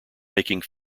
making